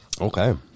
Okay